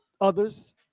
others